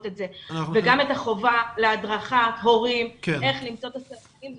את זה וגם את החובה להדרכת הורים איך למצוא את הסימנים.